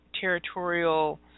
territorial